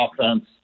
offense